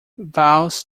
vowels